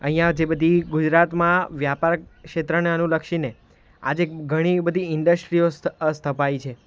અહીંયાં જે બધી ગુજરાતમાં વ્યાપાર ક્ષેત્રને અનુલક્ષીને આજે ઘણીબધી ઇન્ડસ્ટ્રીઓ સ્થ સ્થપાઈ છે